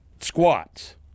squats